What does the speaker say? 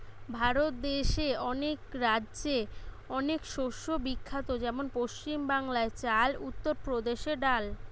ভারত দেশে অনেক রাজ্যে অনেক শস্য বিখ্যাত যেমন পশ্চিম বাংলায় চাল, উত্তর প্রদেশে ডাল